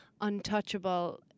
untouchable